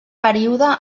període